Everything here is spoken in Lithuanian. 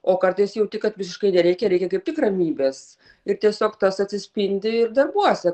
o kartais jauti kad visiškai nereikia reikia kaip tik ramybės ir tiesiog tas atsispindi ir darbuose